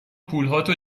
پولهاتو